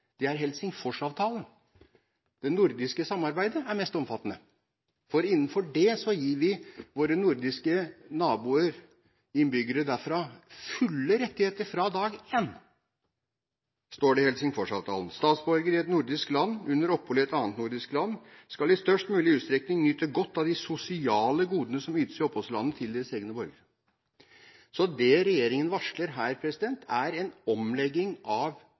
for innenfor det gir vi innbyggere fra våre nordiske naboland fulle rettigheter fra dag én! I Helsingsforsavtalen står det: at en statsborger i et nordisk land under opphold i et annet nordisk land i størst mulig utstrekning skal nyte godt av de sosiale goder som ytes i oppholdslandet til dets egne statsborgere.» Så det regjeringen varsler her, er en omlegging av